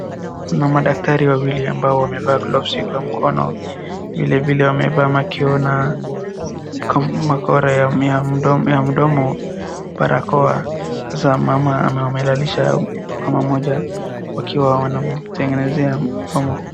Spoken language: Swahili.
Kuna madaktari wawili ambao wamevalia gloves kwa mkono, vile vile wamevaa wakiwa na makora ya mdomo, barakoa, sasa mama, ama wamemlalisha mama mmoja wakiwa wanamtengenezea mdomo.